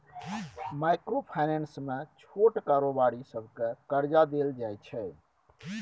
micro finance मे छोट कारोबारी सबकेँ करजा देल जाइ छै